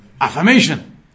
Affirmation